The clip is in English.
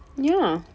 ya